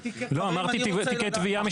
אמרתי תיקי תביעה.